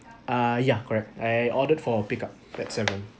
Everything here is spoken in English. uh ya correct I ordered for pickup at seven